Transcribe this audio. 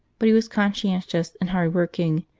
but he was conscientious and hard-working,